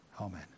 Amen